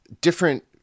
different